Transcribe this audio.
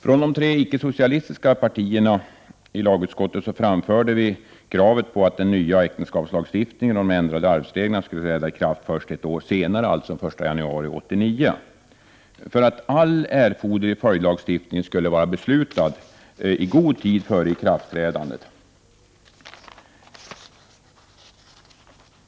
Från de tre icke-socialistiska partierna i lagutskottet framförde vi kravet på att den nya äktenskapslagstiftningen och de ändrade arvsreglerna skulle träda i kraft ett år senare, dvs. den 1 januari 1989, för att all erforderlig följdlagstiftning skulle vara beslutad i god tid före ikraftträdandet.